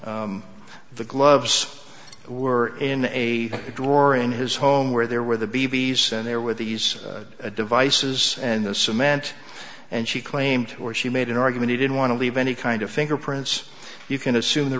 the gloves were in a drawer in his home where there were the b b s and there were these devices and the cement and she claimed or she made an argument he didn't want to leave any kind of fingerprints you can assume the